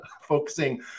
focusing